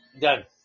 Done